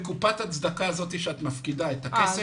בקופת הצדקה שאת מפקידה הכסף,